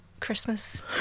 christmas